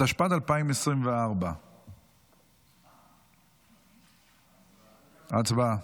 התשפ"ד 2024. הצבעה.